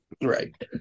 Right